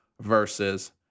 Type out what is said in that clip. versus